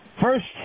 first